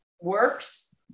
works